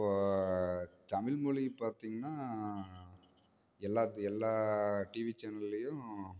இப்போ தமிழ் மொழி பார்த்திங்கன்னா எல்லாத் எல்லா டிவி சேனல்லையும்